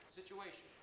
situation